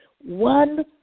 one